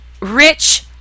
rich